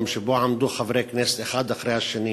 שבו עמדו חברי הכנסת אחד אחרי השני